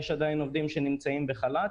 יש עדיין עובדים שנמצאים בחל"ת,